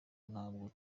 ntabwo